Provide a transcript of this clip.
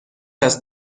است